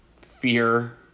fear